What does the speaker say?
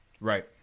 Right